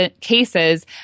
cases